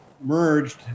merged